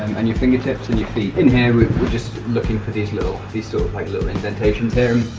and your fingertips and your feet in here we're just looking for these little these sort of like little indentations here.